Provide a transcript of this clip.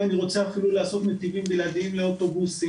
אם אני רוצה אפילו לעשות נתיבים בלעדיים לאוטובוסים,